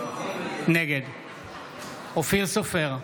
נגד אופיר סופר,